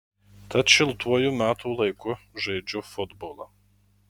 tad šiltuoju metų laiku žaidžiu futbolą